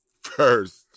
first